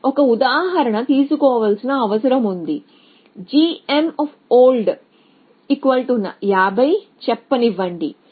మనం ఒక ఉదాహరణ తీసుకోవాల్సిన అవసరం ఉంది gold50 చెప్పనివ్వండి